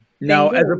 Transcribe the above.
Now